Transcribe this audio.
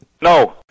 No